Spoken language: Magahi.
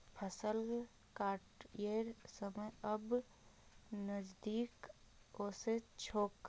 फसल कटाइर समय अब नजदीक ओस छोक